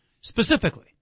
specifically